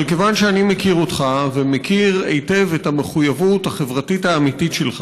אבל כיוון שאני מכיר אותך ומכיר היטב את המחויבות החברתית האמיתית שלך,